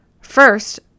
First